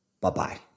Bye-bye